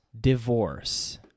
divorce